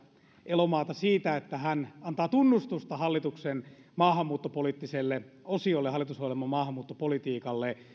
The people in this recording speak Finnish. elomaata siitä että hän antaa tunnustusta hallitusohjelman maahanmuuttopoliittiselle osiolle ja hallituksen maahanmuuttopolitiikalle